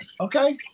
okay